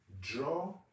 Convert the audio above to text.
Draw